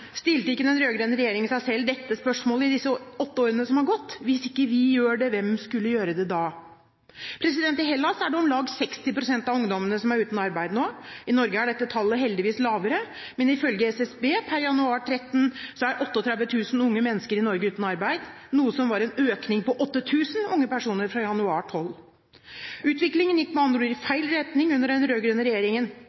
stilte ikke den rød-grønne regjeringen seg selv dette spørsmålet i løpet av disse åtte årene som har gått: Hvis ikke vi gjør det, hvem skulle da gjøre det? I Hellas er det om lag 60 pst. av ungdommene som er uten arbeid nå. I Norge er dette tallet heldigvis lavere, men ifølge SSB per januar 2013 er 38 000 unge mennesker i Norge uten arbeid, noe som var en økning på 8 000 unge personer fra januar 2012. Utviklingen gikk med andre ord i